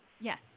yes